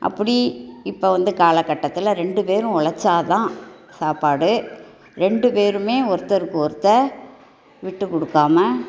அப்படி இப்போ வந்து காலகட்டத்தில் ரெண்டு பேரும் உழைச்சால் தான் சாப்பாடு ரெண்டு பேருமே ஒருத்தருக்கு ஒருத்தர் விட்டுக் கொடுக்காமல்